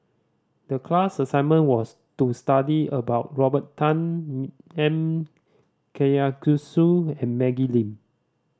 the class assignment was to study about Robert Tan M Karthigesu and Maggie Lim